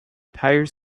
tires